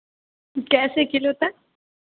कैसे किलो तक